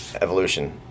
Evolution